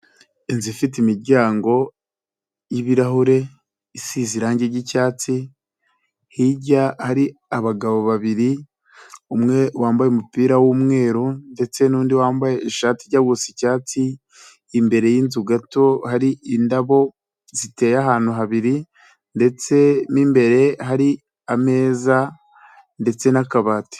Inzu ifite imiryango y'ibirahure, isize irangi ry'icyatsi, hirya hari abagabo babiri umwe wambaye umupira w'umweru ndetse n'undi wambaye ishati ijya gusa icyatsi, imbere y'inzu gato hari indabo ziteye ahantu habiri ndetse n'imbere hari ameza ndetse n'akabati.